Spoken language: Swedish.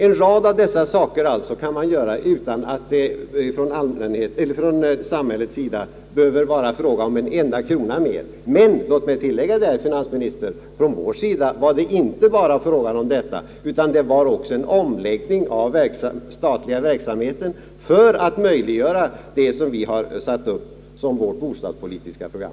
En rad av dessa missförhållanden kan rättas till utan att det från samhällets sida behöver bli fråga om en enda kronas kostnad. Men låt mig tillägga, herr finansminister, att från vår sida var det inte bara fråga om detta utan också om en omläggning av den statliga verksamheten för att möjliggöra det som vi har satt upp som vårt bostadspolitiska program.